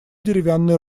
деревянный